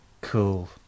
Cool